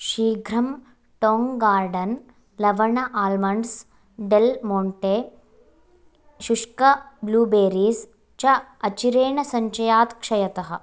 शीघ्रं Tong Garden लवण almonds Del Monte शुष्क ब्लूबेरीस् च अचिरेण सञ्चयात् क्षयतः